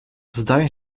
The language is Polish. zdaje